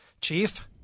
Chief